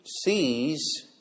sees